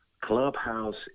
Clubhouse